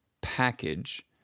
package